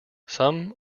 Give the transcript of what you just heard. some